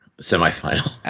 semi-final